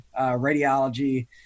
radiology